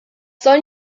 sollen